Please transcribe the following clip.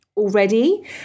Already